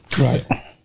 Right